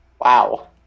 Wow